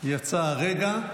יצא הרגע.